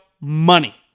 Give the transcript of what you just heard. money